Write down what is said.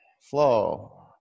flow